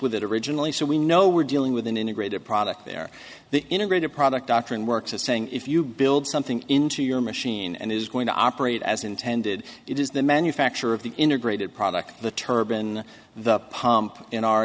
with it originally so we know we're dealing with an integrated product there the integrated product doctrine works as saying if you build something into your machine and is going to operate as intended it is the manufacturer of the integrated product the turban the pump in our